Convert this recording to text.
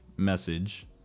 message